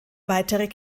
weitere